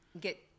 get